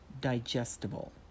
digestible